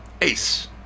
ace